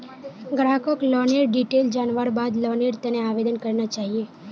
ग्राहकक लोनेर डिटेल जनवार बाद लोनेर त न आवेदन करना चाहिए